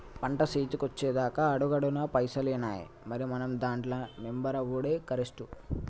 పంట సేతికొచ్చెదాక అడుగడుగున పైసలేనాయె, మరి మనం దాంట్ల మెంబరవుడే కరెస్టు